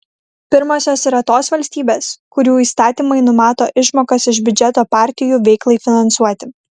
pirmosios yra tos valstybės kurių įstatymai numato išmokas iš biudžeto partijų veiklai finansuoti